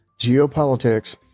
Geopolitics